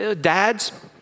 Dads